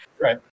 Right